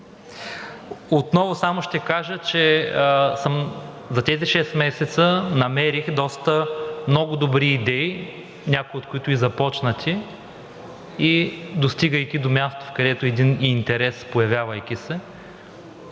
Отново само ще кажа, че за тези шест месеца намерих много добри идеи, някои от които и започнати, и достигайки до място, където един интерес, появявайки се,